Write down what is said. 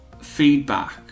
feedback